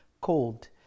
cold